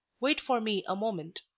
wait for me a moment.